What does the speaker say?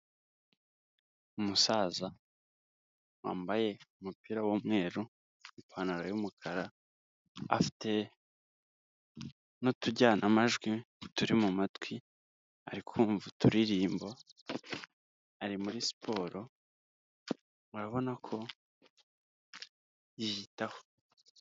Umusaza wambaye umupira w'umweru ipantaro y'umukara afite n'utujyanamajwi turi mu mumatwi ari kumva uturirimbo; ari muri siporo urarabona ko yiyitaho.